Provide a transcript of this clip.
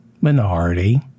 minority